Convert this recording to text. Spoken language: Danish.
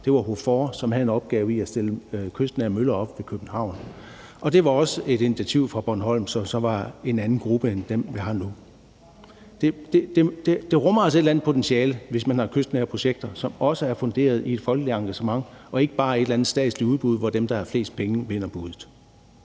og HOFOR, som havde en opgave med at stille kystnære møller op ved København, og det var også et initiativ fra Bornholm, som så var en anden gruppe end den, vi har nu. Det rummer altså et eller andet potentiale, hvis man har kystnære projekter, som også er funderet i et folkeligt engagement og ikke bare er et eller andet statsligt udbud, hvor dem, der har flest penge, vinder buddet.